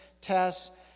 tests